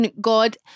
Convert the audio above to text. God